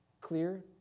clear